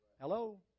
Hello